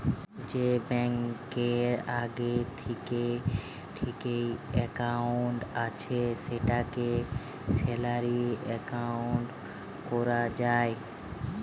যে ব্যাংকে আগে থিকেই একাউন্ট আছে সেটাকে স্যালারি একাউন্ট কোরা যায়